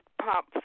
Pop